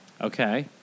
Okay